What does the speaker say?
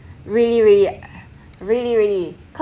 really really really really